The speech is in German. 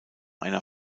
einer